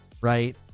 Right